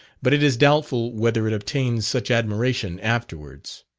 but it is doubtful whether it obtains such admiration afterwards.